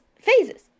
phases